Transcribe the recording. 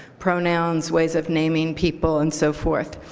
pronouns, ways of naming people, and so forth.